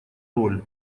роль